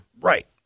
Right